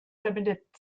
verbindet